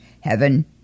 heaven